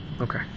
Okay